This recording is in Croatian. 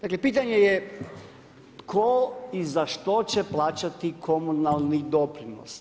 Dakle, pitanje je tko i za što će plaćati komunalni doprinos?